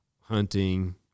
hunting